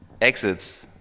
Exits